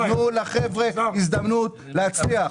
תנו לחבר'ה הזדמנות להצליח.